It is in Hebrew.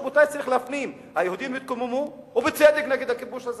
צריך להפנים: היהודים התקוממו ובצדק נגד הכיבוש הזר,